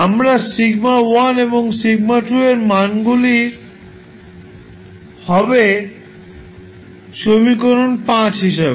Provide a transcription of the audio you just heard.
আমরা দেখছি σ1 এবং σ2 এর মানগুলি হবে সমীকরণ হিসেবে